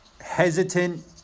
hesitant